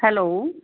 hello